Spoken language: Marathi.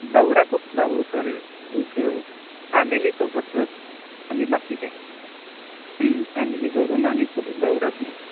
दौरा कुठला हो सर फॅमिलीसोबतच आम्ही बाकी काय फॅमिली सोडून आणि कुठे दौराच नाही